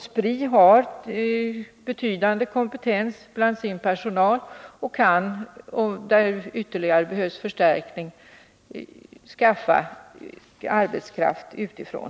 Spri har betydande kompetens bland sin personal och kan, där ytterligare förstärkning behövs, skaffa arbetskraft utifrån.